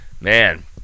Man